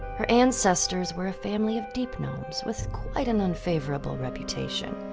her ancestors were a family of deep gnomes with quite an unfavorable reputation.